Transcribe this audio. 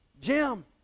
Jim